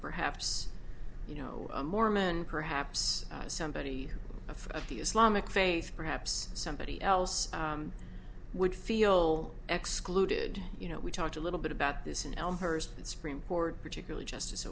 perhaps you know a mormon perhaps somebody of the islamic faith perhaps somebody else would feel excluded you know we talked a little bit about this in elmhurst and supreme court particularly justice